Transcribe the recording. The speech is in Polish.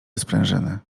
sprężyny